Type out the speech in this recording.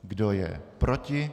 Kdo je proti?